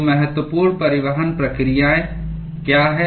तो महत्वपूर्ण परिवहन प्रक्रियाएं क्या हैं